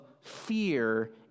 fear